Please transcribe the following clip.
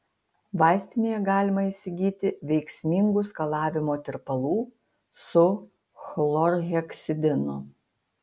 vaistinėje galima įsigyti veiksmingų skalavimo tirpalų su chlorheksidinu